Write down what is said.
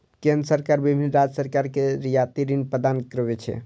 केंद्र सरकार विभिन्न राज्य सरकार कें रियायती ऋण प्रदान करै छै